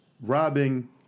robbing